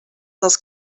dels